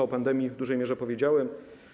O pandemii w dużej mierze już powiedziałem.